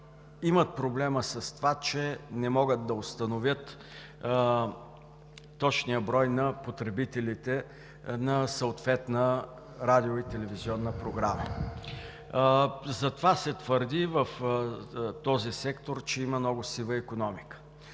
имат проблема с това, че не могат да установят точния брой на потребителите на съответна радио- и телевизионна програма. Затова се твърди в този сектор, че има много сива икономика,